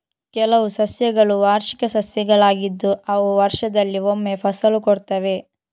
ಕೆಲವು ಸಸ್ಯಗಳು ವಾರ್ಷಿಕ ಸಸ್ಯಗಳಾಗಿದ್ದು ಅವು ವರ್ಷದಲ್ಲಿ ಒಮ್ಮೆ ಫಸಲು ಕೊಡ್ತವೆ